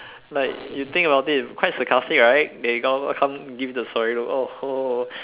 like you think about it quite sarcastic right they go come give the sorry look oh